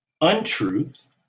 untruth